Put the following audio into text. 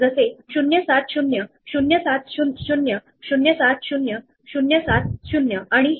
तर याचा एक शेजारी 20 आहे परंतु यातील एक 00 आहे